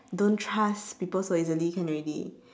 don't trust people so easily can already